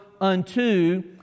unto